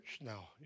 now